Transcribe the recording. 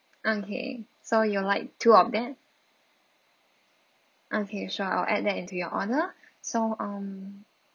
okay so you would like two of that okay sure I'll add that into your order so um